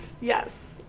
yes